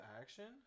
action